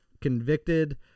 convicted